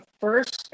first